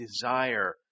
desire